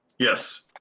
Yes